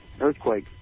earthquake